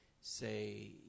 say